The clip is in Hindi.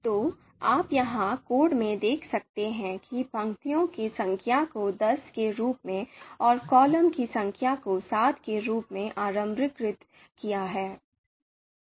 तो आप यहां कोड में देख सकते हैं कि पंक्तियों की संख्या को दस के रूप में और कॉलम की संख्या को सात के रूप में आरंभीकृत किया गया है